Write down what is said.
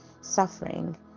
suffering